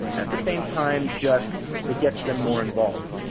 at the same time, just it gets them more involved.